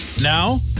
Now